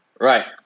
Right